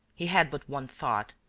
he had but one thought,